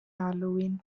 halloween